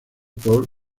por